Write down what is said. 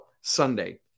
Sunday